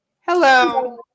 Hello